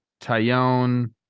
Tyone